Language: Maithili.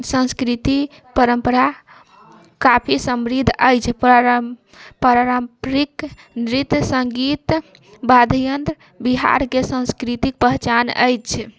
संस्कृति परम्परा काफी समृद्ध अछि पारम्परिक नृत्य सङ्गीत वाद्य यंत्र बिहारके संस्कृतिक पहचान अछि